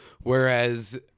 Whereas